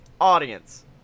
Audience